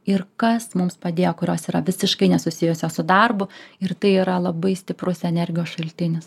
ir kas mums padėjo kurios yra visiškai nesusijusios su darbu ir tai yra labai stiprus energijos šaltinis